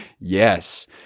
Yes